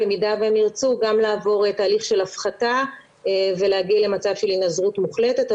במידה והם ירצו גם לעבור תהליך של הפחתה ולהגיע למצב של הינזרות מוחלטת,